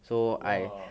!wah!